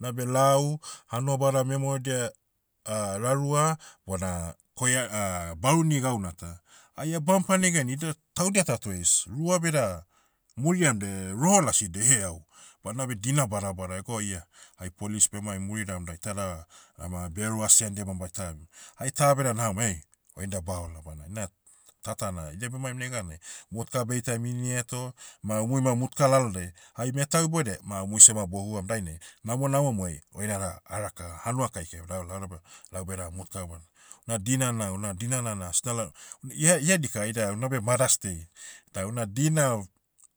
Nabe lau, hanuabada memerodia, rarua, bona, koia- baruni gauna ta. Ai ah bampa negan ida, taudia tatoios. Rua beda, muriam de, roho lasi deheau. Badnabe dina badabada go ia, hai police bemaim muridam da itada, ma bero asi andia ma baita abim. Hai ta beda nahamao ei, oinda baola bana na, tatana. Idia bemaim neganai, motka beitaiam ini heto, ma umui ma motka lalonai, hai metau iboudiai, ma umui seh ma bohuam dainai, namonamomuai, oinada, araka hanua kaikai beda aola lauda beh- lau beda, motka bo. Na dinana- una dinana na asna la- ia- ihadika aida unabe mothers day. Da una dina,